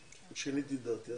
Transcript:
שיניתי את דעתי.